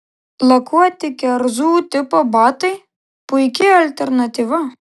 lakuoti kerzų tipo batai puiki alternatyva